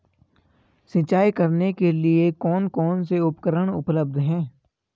सिंचाई करने के लिए कौन कौन से उपकरण उपलब्ध हैं?